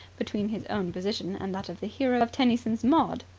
between his own position and that of the hero of tennyson's maud,